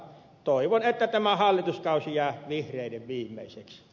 toivon että tämä hallituskausi jää vihreiden viimeiseksi